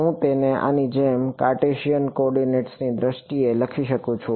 હું તેને આની જેમ કાર્ટેશિયન કોઓર્ડિનેટ્સની દ્રષ્ટિએ લખી શકું છું